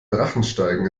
drachensteigen